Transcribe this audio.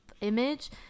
image